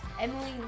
Emily